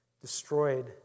destroyed